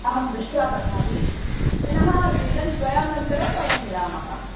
अहं दृष्ट्वा वदामि पुनः दिनद्वयानन्तरं वयं मिलामः